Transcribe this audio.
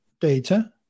data